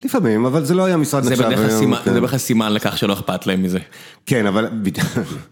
לפעמים, אבל זה לא היה משרד נחשב היום. זה בדרך כלל סימן לכך שלא אכפת להם מזה. כן, אבל...